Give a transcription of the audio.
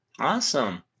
Awesome